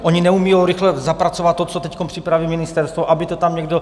Oni neumí rychle zapracovat to, co teď připraví ministerstvo, aby to tam někdo...?